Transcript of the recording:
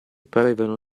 parevano